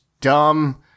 dumb